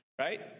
right